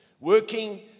working